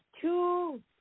two